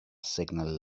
signal